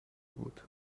بود